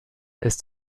ist